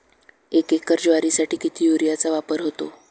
एक एकर ज्वारीसाठी किती युरियाचा वापर होतो?